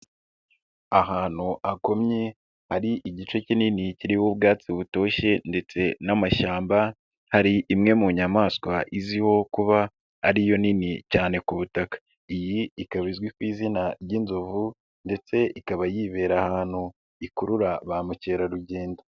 Ahantu akomye hari igice kinini kiriho ubwatsi butoshye ndetse n'amashyamba, hari imwe mu nyamaswa iziwiho kuba ari yo nini cyane ku butaka. Iyi ikaba izwi ku izina ry'inzovu ndetse ikaba yibera ahantu ikurura ba mukerarugendo.